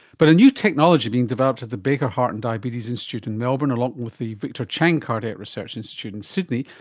but a new technology being developed at the baker heart and diabetes institute in melbourne, along with the victor chang cardiac research institute in sydney,